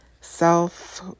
self